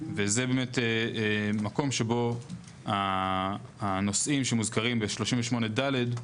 וזה באמת מקום שבו הנושאים שמוזכרים ב-38(ד)